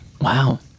Wow